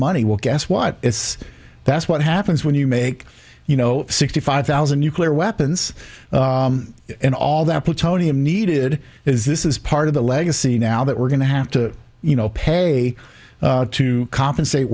money will guess what it's that's what happens when you make you know sixty five thousand nuclear weapons and all that plutonium needed is this is part of the legacy now that we're going to have to you know pay to compensate